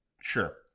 Sure